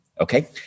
Okay